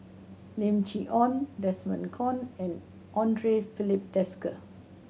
Lim Chee Onn Desmond Kon and Andre Filipe Desker